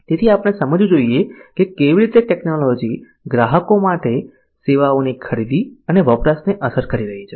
તેથી આપણે સમજવું જોઈએ કે કેવી રીતે ટેકનોલોજી ગ્રાહકો માટે સેવાઓની ખરીદી અને વપરાશને અસર કરી રહી છે